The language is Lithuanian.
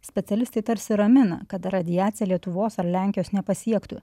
specialistai tarsi ramina kad radiacija lietuvos ar lenkijos nepasiektų